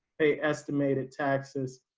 pay estimated taxes.